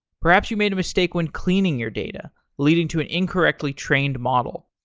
perhaps you made a mistake when cleaning your data, leading to an incorrectly trained model.